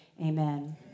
Amen